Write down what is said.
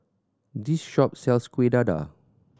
this shop sells Kueh Dadar